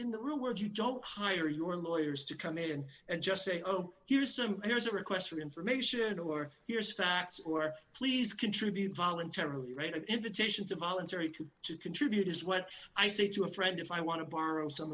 in the real world you don't hire your lawyers to come in and just say oh here's some here's a request for information or here's facts or please contribute voluntarily write an invitation to voluntary can contribute is what i say to a friend if i want to borrow some